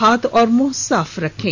हाथ और मुंह साफ रखें